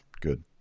Good